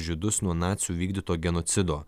žydus nuo nacių vykdyto genocido